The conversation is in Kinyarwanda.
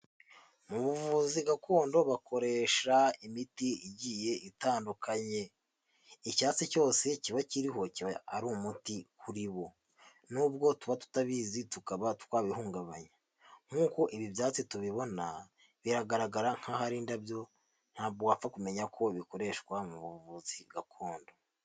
Mu buvuzi gakondo bakoresha imiti igiye itandukanye, icyatsi cyose kiba kiriho kiba ari umuti kuri bo nubwo tuba tutabizi tukaba twabihungabanya. Nk'uko ibi byatsi tubibona, biragaragara nk'aho ari indabyo, ntabwo wapfa kumenya ko bikoreshwa mu buvuzi gakondo.